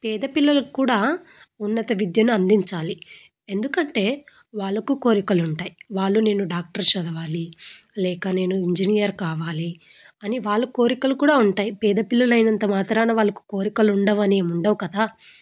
పేద పిల్లలకు కూడా ఉన్నత విద్యను అందించాలి ఎందుకంటే వాళ్లకు కోరికలు ఉంటాయి వాళ్ళు నేను డాక్టర్ చదవాలి లేక నేను ఇంజనీర్ కావాలి అని వాళ్ళ కోరికలు కూడా ఉంటాయి పేద పిల్లలైనంత మాత్రాన వాళ్ళకు కోరికలు ఉండవని ఉండవు కదా